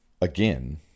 again